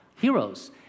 Heroes